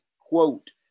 Quote